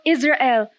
Israel